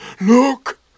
Look